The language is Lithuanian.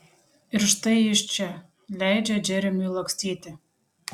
ir štai jis čia leidžia džeremiui lakstyti